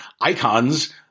icons